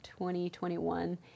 2021